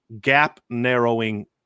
gap-narrowing